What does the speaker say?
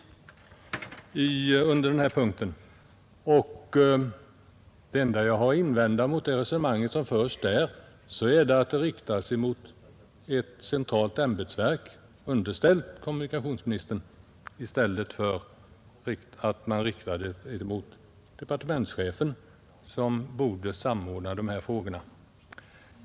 Det enda jag har att invända mot det resonemang som förs i denna kritik är att det riktas mot ett centralt ämbetsverk underställt kommunikationsministern och inte mot departementschefen, som borde samordna de här frågorna.